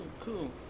cool